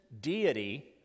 deity